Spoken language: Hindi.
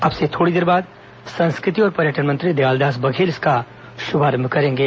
अब से थोड़ी देर बाद संस्कृति और पर्यटन मंत्री दयालदास बघेल इसका शुभारंभ करेंगे